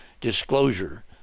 disclosure